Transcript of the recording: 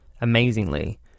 Amazingly